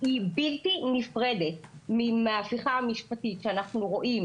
היא בלתי נפרדת מההפיכה המשפטית שאנחנו רואים